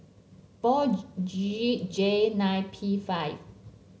four G J nine P five